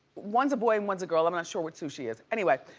one's a boy and one's a girl, i'm not sure what sushi is. anyway,